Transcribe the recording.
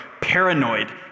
paranoid